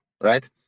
right